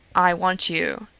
i want you.